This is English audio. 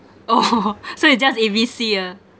oh so it's just A_B_C ah